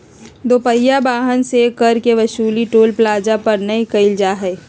दो पहिया वाहन से कर के वसूली टोल प्लाजा पर नय कईल जा हइ